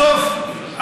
בסוף,